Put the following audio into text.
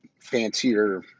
fancier